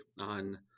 on